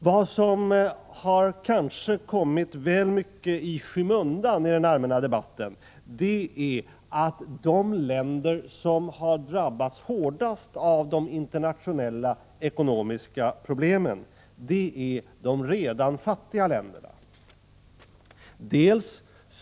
Vad som kanske kommit väl mycket i skymundan i den allmänna debatten är att de länder som drabbats hårdast av de internationella ekonomiska problemen är de redan fattiga länderna.